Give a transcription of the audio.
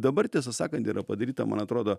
dabar tiesą sakant yra padaryta man atrodo